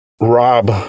Rob